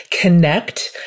connect